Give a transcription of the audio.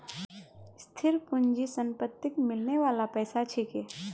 स्थिर पूंजी संपत्तिक मिलने बाला पैसा छिके